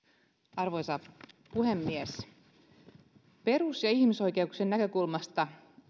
arvoisa puhemies perus ja ihmisoikeuksien näkökulmasta